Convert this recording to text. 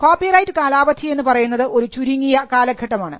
copyright കാലാവധി എന്ന് പറയുന്നത് ഒരു ചുരുങ്ങിയ കാലഘട്ടമാണ്